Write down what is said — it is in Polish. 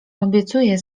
obiecuję